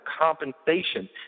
compensation